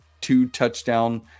two-touchdown